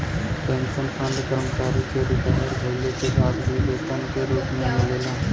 pension fund कर्मचारी के retire भइले के बाद भी वेतन के रूप में मिलला